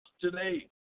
today